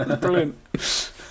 brilliant